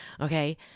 Okay